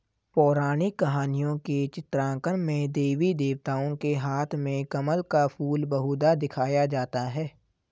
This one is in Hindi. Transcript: पौराणिक कहानियों के चित्रांकन में देवी देवताओं के हाथ में कमल का फूल बहुधा दिखाया जाता है